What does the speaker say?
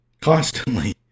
constantly